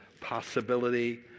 possibility